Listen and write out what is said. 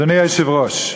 אדוני היושב-ראש,